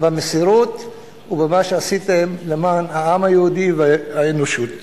במסירות, ובמה שעשיתם למען העם היהודי והאנושות.